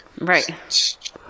Right